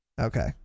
Okay